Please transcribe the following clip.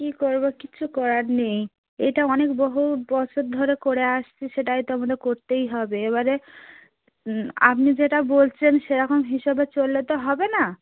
কী করবো কিচ্ছু করার নেই এটা অনেক বহুত বছর ধরে করে আসছি সেটাই তো আমাদের করতেই হবে এবারে আপনি যেটা বলছেন সেরকম হিসাবে চললে তো হবে না